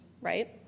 right